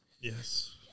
Yes